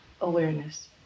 awareness